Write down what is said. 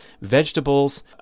vegetables